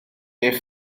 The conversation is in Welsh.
eich